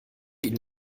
ihnen